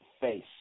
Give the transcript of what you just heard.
face